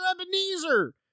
Ebenezer